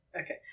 Okay